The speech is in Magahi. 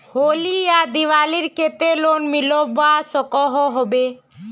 होली या दिवालीर केते लोन मिलवा सकोहो होबे?